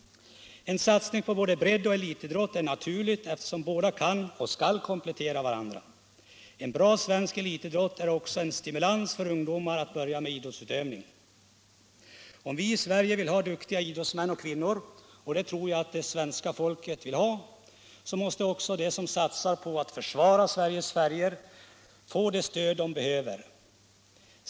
En satsning på både bredd och elitidrott är naturlig, eftersom båda kan och skall komplettera varandra. En bra svensk elitidrott är också en stimulans för ungdomar att börja med idrottsutövning. Om vi i Sverige vill ha duktiga idrottsmän och idrottskvinnor — och det tror jag svenska folket vill ha — så måste också de som satsar på att försvara Sveriges färger få det stöd de behöver.